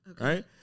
right